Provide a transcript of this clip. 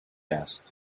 asked